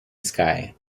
sky